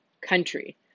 country